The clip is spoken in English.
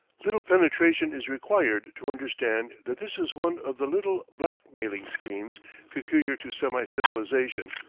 little penetration is required to understand that this is one of the little black-mailing schemes peculiar to semi-civilization,